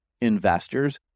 investors